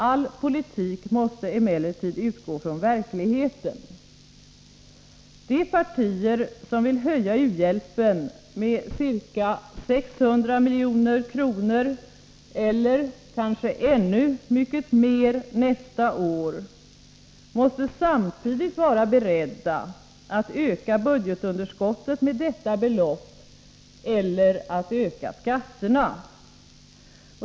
All politik måste emellertid utgå från verkligheten. De partier som vill höja u-hjälpen med ca 600 milj.kr., eller kanske ännu mycket mer, nästa år måste samtidigt vara beredda att öka budgetunderskottet med detta belopp eller att öka skatterna.